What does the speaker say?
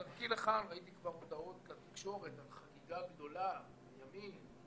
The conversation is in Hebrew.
בדרכי לכאן ראיתי כבר הודעות לתקשורת על חגיגה גדולה בימין.